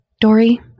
Dory